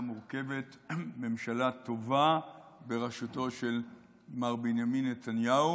מורכבת ממשלה טובה בראשותו של מר בנימין נתניהו,